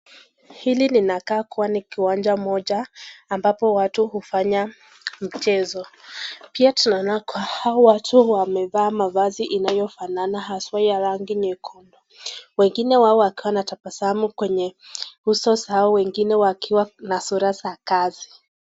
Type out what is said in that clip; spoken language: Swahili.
Hili linakaa kuwa ni kiwanja ambapo watu hufanya mchezo, pia tunaona kuwa, hao watu wamevaa mavazi inayo fanana haswa ya rangi nyekundu . Wengine wakiwa wao wametabasamu kwenye uso, hao wengine wakiwa sura za kasi.